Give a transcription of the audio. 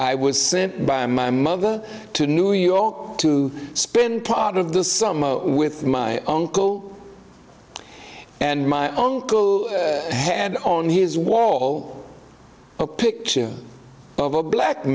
i was sent by my mother to new york to spend part of the summer with my uncle and my uncle had on his wall a picture of a black